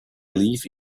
leave